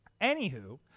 anywho